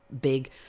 big